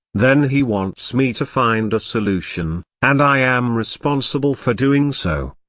then he wants me to find a solution, and i am responsible for doing so.